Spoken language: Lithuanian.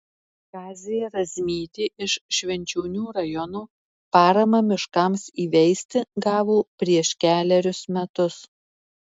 kazė razmytė iš švenčionių rajono paramą miškams įveisti gavo prieš kelerius metus